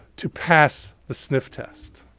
to pass the sniff test.